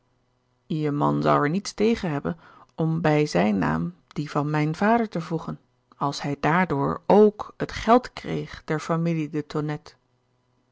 je man zou er niets tegen hebben om bij zijn naam die van mijn vader te voegen als hij daardoor ook het geld kreeg der familie de